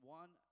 one